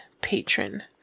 patron